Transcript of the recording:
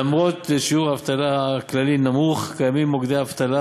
למרות שיעור האבטלה הכללי הנמוך קיימים מוקדי אבטלה,